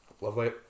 lovely